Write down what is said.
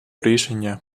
рішення